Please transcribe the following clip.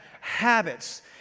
habits